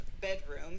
bedroom